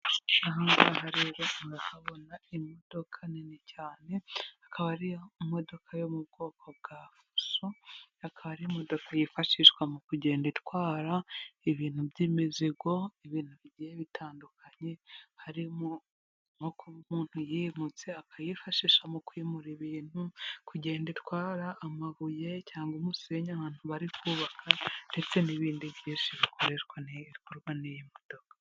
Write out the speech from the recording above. Ahangaha rero murabona imodoka nini cyane, akaba ari imodoka yo mu bwoko bwa fuso. Akaba ari imodoka yifashishwa mu kugenda itwara, ibintu by'imizigo, ibintu bigiye bitandukanye, harimo nko kuba umuntu yimutse, akayifashisha mu kwimura ibintu, kugenda itwara amabuye cyangwa umusenyi ahantu bari kubaka, ndetse n'ibindi byinshi bikorwa n'iyi modoka.